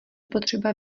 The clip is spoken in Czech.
potřeba